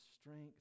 strength